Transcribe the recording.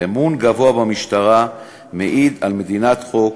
אמון רב במשטרה מעיד על מדינת חוק,